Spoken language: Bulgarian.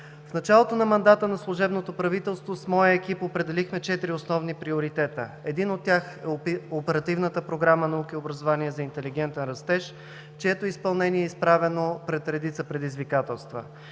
В началото на мандата на служебното правителство с моя екип определихме четири основни приоритета. Един от тях е Оперативната япрограма „Наука и образование за интелигентен растеж“, чието изпълнение е изправено пред редица предизвикателства.